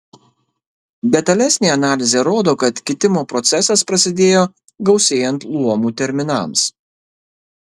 detalesnė analizė rodo kad kitimo procesas prasidėjo gausėjant luomų terminams